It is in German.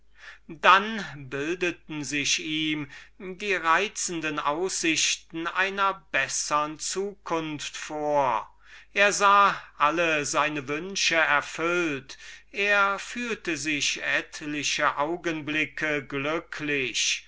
dann bildeten sich ihm die reizenden aussichten einer bessern zukunft vor er sah alle seine wünsch erfüllt er fühlte sich etliche augenblicke glücklich